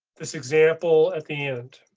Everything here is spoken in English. this example at the end,